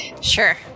Sure